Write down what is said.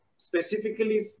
specifically